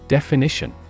Definition